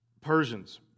Persians